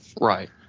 Right